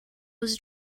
was